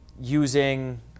using